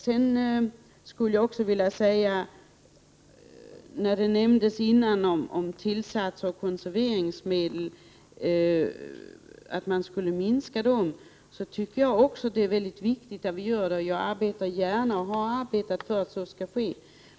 Det nämndes tidigare att man borde minska halterna av tillsatser och konserveringsmedel. Också jag tycker att det är väldigt viktigt med en minskning. Jag arbetar gärna för — och har arbetat för — att så skall ske.